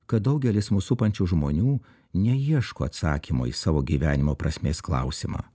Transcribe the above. kad daugelis mus supančių žmonių neieško atsakymo į savo gyvenimo prasmės klausimą